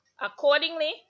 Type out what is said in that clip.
accordingly